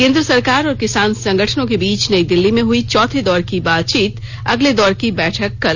केंद्र सरकार और किसान संगठनों के बीच नयी दिल्ली में हुई चौथे दौर की बातचीत अगले दौर की बैठक कल